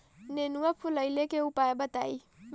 नेनुआ फुलईले के उपाय बताईं?